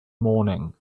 morning